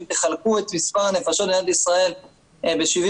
אם תחלקו את מספר הנפשות במדינת ישראל ב-70,000,